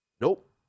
nope